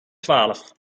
twaalf